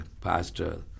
pastor